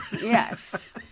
Yes